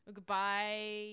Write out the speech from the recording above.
Goodbye